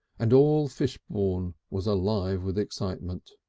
and all fishbourne was alive with excitement.